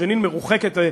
ג'נין מרוחקת,